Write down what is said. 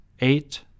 eight